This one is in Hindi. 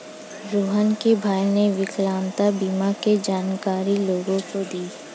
रोहण के भाई ने विकलांगता बीमा के बारे में जानकारी लोगों को दी